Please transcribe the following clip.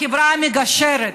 חברה מגשרת,